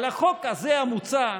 על החוק הזה המוצע,